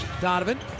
Donovan